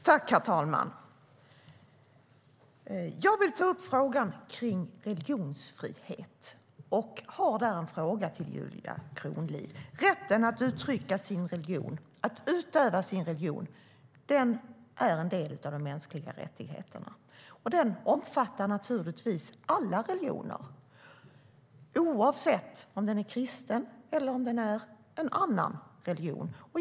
Herr talman! Jag vill ta upp frågan om religionsfrihet. Rätten att uttrycka och utöva sina religion är en del av de mänskliga rättigheterna. Den rätten omfattar naturligtvis alla religioner oavsett om det är en kristen eller någon annan religion.